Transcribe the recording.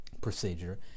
procedure